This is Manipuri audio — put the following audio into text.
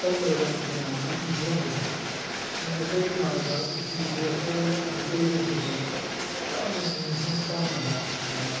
ꯇꯝꯒꯗꯕ ꯑꯃꯗꯤ ꯀꯩꯅꯣ ꯎꯠꯇꯤ ꯊꯣꯡꯕꯁꯦ ꯃꯔꯝꯗꯤ ꯀꯔꯤꯒꯤꯅꯣ ꯍꯥꯏꯔꯒ ꯎꯇꯤꯁꯤ ꯑꯩꯈꯣꯏ ꯃꯩꯇꯩꯒꯤꯗꯃꯛꯇꯗꯤ ꯌꯥꯝꯅ ꯃꯤꯁꯤꯡꯅ ꯄꯥꯝꯅꯕ ꯑꯗꯨꯒ